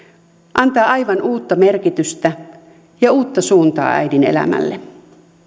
antaa aivan uutta merkitystä ja uutta suuntaa äidin elämälle